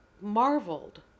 marveled